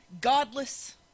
godless